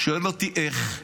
הוא שאל אותי איך.